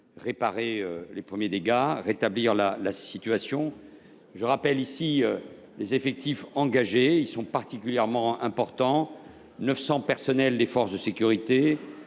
réparer les premiers dégâts et rétablir la situation. Les effectifs engagés sont particulièrement importants. Ainsi, 900 personnels des forces de sécurité